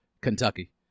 Kentucky